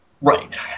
Right